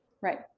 Right